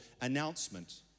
announcement